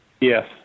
Yes